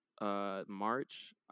march